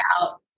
out